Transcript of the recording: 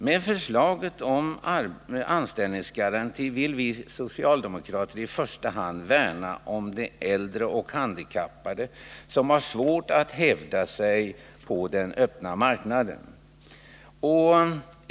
Med förslaget om anställningsgaranti ville vi socialdemokrater i första hand värna om de äldre och handikappade, som har svårt att hävda sig på den öppna marknaden.